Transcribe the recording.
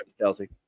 Kelsey